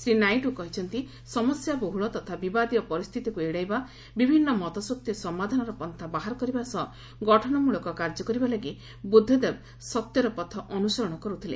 ଶ୍ରୀ ନାଇଡ଼ୁ କହିଛନ୍ତି ସମସ୍ୟାବହୁଳ ତଥା ବିବାଦୀୟ ପରିସ୍ଥିତିକୁ ଏଡ଼ାଇବା ବିଭିନ୍ନ ମତ ସତ୍ତ୍ୱେ ସମାଧାନର ପନ୍ଥା ବାହାର କରିବା ସହ ଗଠନମୂଳକ କାର୍ଯ୍ୟ କରିବା ଲାଗି ବୁଦ୍ଧଦେବ ସତ୍ୟର ପଥ ଅନୁସରଣ କରୁଥିଲେ